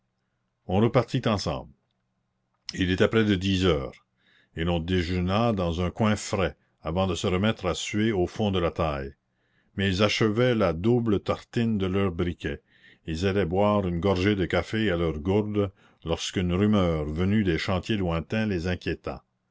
on repartit ensemble il était près de dix heures et l'on déjeuna dans un coin frais avant de se remettre à suer au fond de la taille mais ils achevaient la double tartine de leur briquet ils allaient boire une gorgée de café à leur gourde lorsqu'une rumeur venue des chantiers lointains les inquiéta